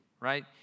right